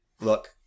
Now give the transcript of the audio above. look